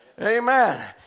Amen